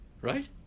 right